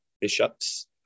bishops